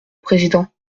président